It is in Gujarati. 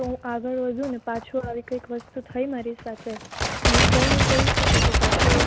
તો હું આગળ વધું ને પાછું આવી કંઈક વસ્તુ થઈ મારી સાથે તો હું કંઈ નહીં કરી શકું તો પાછું